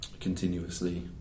continuously